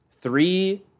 Three